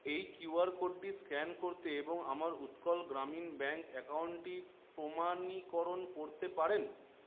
এই কিউআর কোডটি স্ক্যান করতে এবং আমার উৎকল গ্রামীণ ব্যাঙ্ক অ্যাকাউন্টটি প্রমাণীকরণ করতে পারেন